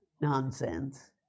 nonsense